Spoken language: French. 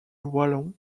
wallon